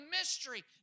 mystery